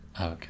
Okay